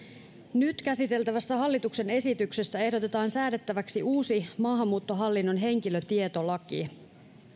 nyt käsiteltävässä hallituksen esityksessä ehdotetaan säädettäväksi uusi maahanmuuttohallinnon henkilötietolaki